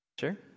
Sure